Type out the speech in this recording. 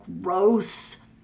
gross